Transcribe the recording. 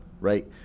right